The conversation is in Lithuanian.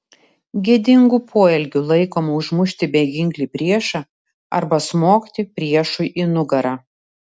gėdingu poelgiu laikoma užmušti beginklį priešą arba smogti priešui į nugarą